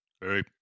hey